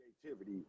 creativity